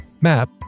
map